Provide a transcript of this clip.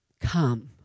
come